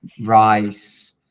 Rice